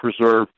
preserve